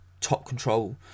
top-control